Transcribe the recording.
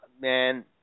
man